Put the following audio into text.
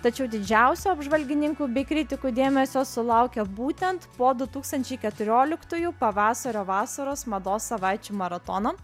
tačiau didžiausio apžvalgininkų bei kritikų dėmesio sulaukia būtent po du tūkstančiai keturioliktųjų pavasario vasaros mados savaičių maratono